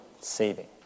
saving